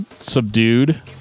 subdued